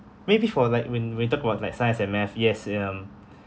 maybe for like when we talk about like science and math yes um